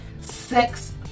sex